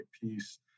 piece